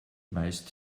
meist